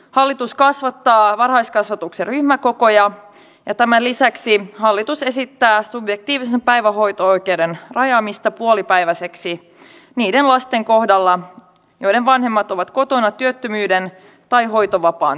hallitus kasvattaa varhaiskasvatuksen ryhmäkokoja ja tämän lisäksi hallitus esittää subjektiivisen päivähoito oikeuden rajaamista puolipäiväiseksi niiden lasten kohdalla joiden vanhemmat ovat kotona työttömyyden tai hoitovapaan takia